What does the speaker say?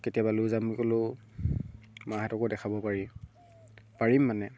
কেতিয়াবা লৈ যাম বুলি ক'লেও মাহেঁতকো দেখাব পাৰি পাৰিম মানে